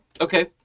Okay